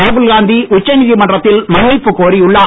ராகுல் காந்தி உச்சநீதிமன்றத்தில் மன்னிப்பு கோரியுள்ளார்